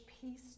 peace